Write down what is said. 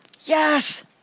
Yes